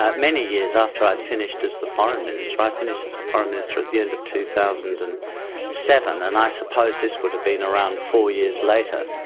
ah many years after i'd finished as the foreign minister, i finished as the foreign minister at the end of two thousand and seven, and i suppose this would have been around four years later.